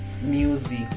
music